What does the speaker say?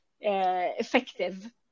effective